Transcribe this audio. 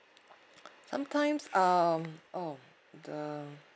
sometimes um oh the